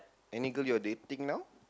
any girl you are dating now